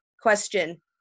question